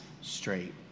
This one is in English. straight